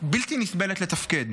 בלתי נסבלת לתפקד.